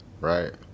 Right